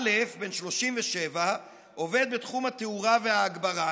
א', בן 37, עובד בתחום התאורה וההגברה,